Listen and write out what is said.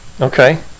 Okay